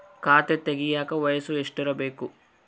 ಖಾತೆ ತೆಗೆಯಕ ವಯಸ್ಸು ಎಷ್ಟಿರಬೇಕು?